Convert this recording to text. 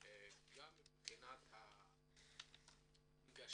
גם מבחינת ההנגשה